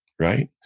Right